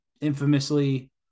Infamously